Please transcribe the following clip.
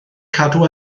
cadw